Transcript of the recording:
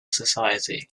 society